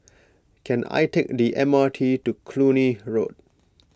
can I take the M R T to Cluny Road